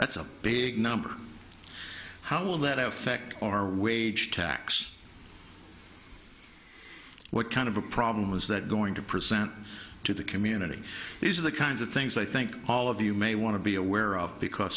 that's a big number how will that affect our wage tax what kind of a problem is that going to present to the community these are the kinds of things i think all of you may want to be aware of because